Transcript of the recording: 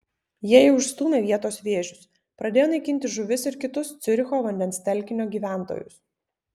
jie jau išstūmė vietos vėžius pradėjo naikinti žuvis ir kitus ciuricho vandens telkinio gyventojus